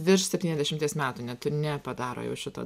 virš septyniasdešimties metų net nepadaro jau šito